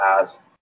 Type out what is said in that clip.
past